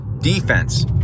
Defense